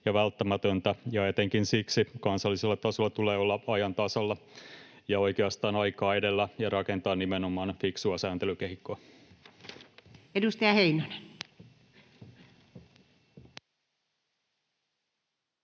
ja välttämätöntä, ja etenkin siksi kansallisella tasolla tulee olla ajan tasalla ja oikeastaan aikaa edellä ja rakentaa nimenomaan fiksua sääntelykehikkoa. [Speech